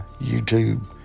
youtube